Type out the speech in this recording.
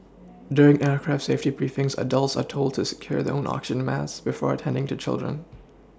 during aircraft safety briefings adults are told to secure their own oxygen masks before attending to children